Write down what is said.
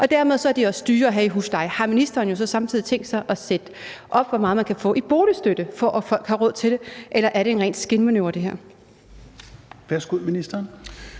og dermed er de også dyrere i husleje. Har ministeren så samtidig tænkt sig at sætte det beløb op, man kan få i boligstøtte, for at folk har råd til det, eller er det her en ren skinmanøvre?